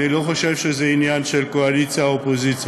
אני לא חושב שזה עניין של קואליציה או אופוזיציה.